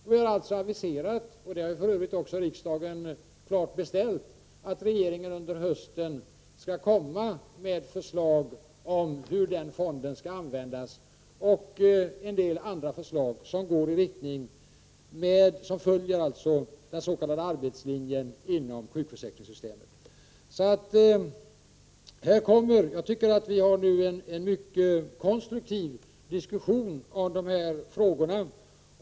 Vi har alltså aviserat — vilket riksdagen för övrigt har beställt — förslag om hur den fonden skall användas samt en del andra förslag som följer av den s.k. arbetslinjen inom sjukförsäkringssystemet. Jag tycker att vi har en mycket konstruktiv diskussion kring dessa frågor.